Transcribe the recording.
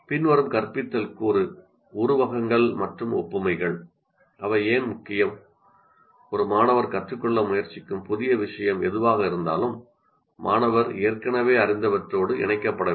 பின்வரும் கற்பித்தல் கூறு "உருவகங்கள் மற்றும் ஒப்புமைகள்" அவை ஏன் முக்கியம் ஒரு மாணவர் கற்றுக்கொள்ள முயற்சிக்கும் புதிய விஷயம் எதுவாக இருந்தாலும் மாணவர் ஏற்கனவே அறிந்தவற்றோடு இணைக்கப்பட வேண்டும்